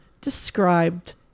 described